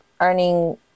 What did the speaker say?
earning